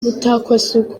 mutakwasuku